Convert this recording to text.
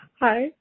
hi